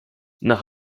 nach